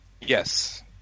Yes